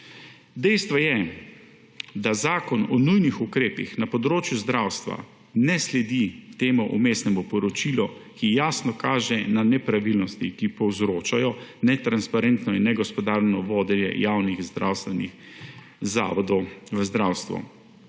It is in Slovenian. Dejstvo je, da zakon o nujnih ukrepih na področju zdravstva ne sledi temu vmesnemu poročilu, ki jasno kaže na nepravilnosti, ki povzročajo netransparentno in negospodarno vodenje javnih zdravstvenih zavodov v zdravstvu.